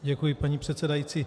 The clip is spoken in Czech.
Děkuji, paní předsedající.